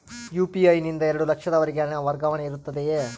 UPI ನಿಂದ ಎರಡು ಲಕ್ಷದವರೆಗೂ ಹಣ ವರ್ಗಾವಣೆ ಇರುತ್ತದೆಯೇ?